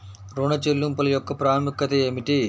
ఋణ చెల్లింపుల యొక్క ప్రాముఖ్యత ఏమిటీ?